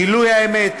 גילוי האמת,